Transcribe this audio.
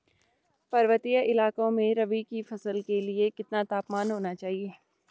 पर्वतीय इलाकों में रबी की फसल के लिए कितना तापमान होना चाहिए?